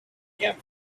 can’t